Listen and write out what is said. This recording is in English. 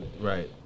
Right